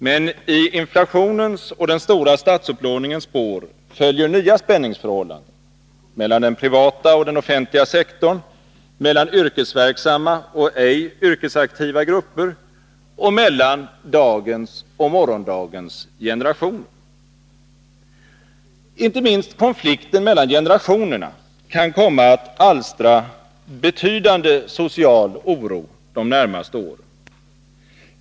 Men i inflationens och den stora statsupplåningens spår följer nya spänningsförhållanden: mellan den privata och den offentliga sektorn, mellan yrkesverksamma och ej yrkesaktiva grupper och mellan dagens och morgondagens generationer. Inte minst konflikten mellan generationerna kan komma att alstra betydande social oro de närmaste åren.